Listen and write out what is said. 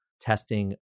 testing